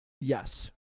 Yes